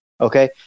okay